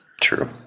True